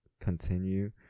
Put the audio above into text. continue